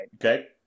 Okay